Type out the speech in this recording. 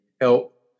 help